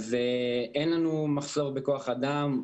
אין לנו מחסור בכוח אדם.